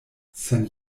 cent